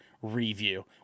review